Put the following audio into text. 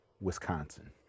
Wisconsin